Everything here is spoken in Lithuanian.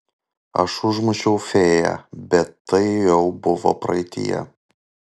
aš užmušiau fėją bet tai jau buvo praeityje